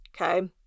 Okay